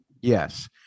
Yes